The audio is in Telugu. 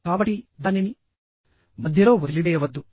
కాబట్టి దానిని మధ్యలో వదిలివేయవద్దు